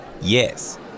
Yes